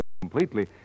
completely